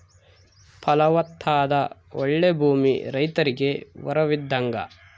ಫಲವತ್ತಾದ ಓಳ್ಳೆ ಭೂಮಿ ರೈತರಿಗೆ ವರವಿದ್ದಂಗ